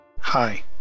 Hi